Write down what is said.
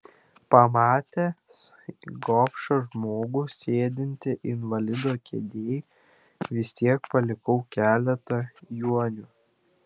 pamatęs gobšą žmogų sėdintį invalido kėdėj vis tiek palikau keletą juanių